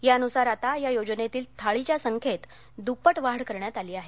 त्यानुसार आता या योजनेतील थाळीच्या संख्येत दुप्पट वाढ करण्यात आली आहे